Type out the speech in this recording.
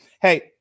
Hey